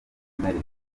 bikabije